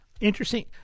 Interesting